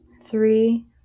Three